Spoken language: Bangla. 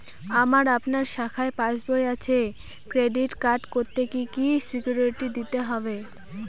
আমার আপনাদের শাখায় পাসবই আছে ক্রেডিট কার্ড করতে কি কি সিকিউরিটি দিতে হবে?